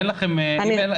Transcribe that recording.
אין לכם רישיונות.